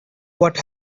what